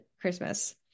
Christmas